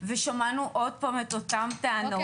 ושמענו עוד פעם את אותן טענות.